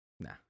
Nah